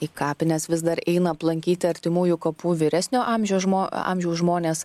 į kapines vis dar eina aplankyti artimųjų kapų vyresnio amžiaus žmo amžiaus žmonės